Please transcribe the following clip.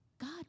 God